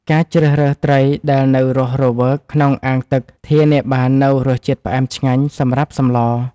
ការជ្រើសរើសត្រីដែលនៅរស់រវើកក្នុងអាងទឹកធានាបាននូវរសជាតិផ្អែមឆ្ងាញ់សម្រាប់សម្ល។